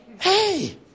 Hey